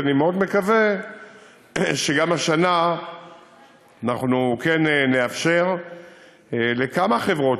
ואני מאוד מקווה שגם השנה אנחנו כן נאפשר לכמה חברות,